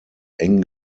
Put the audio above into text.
eng